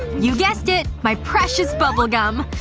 you guessed it, my precious bubble gum.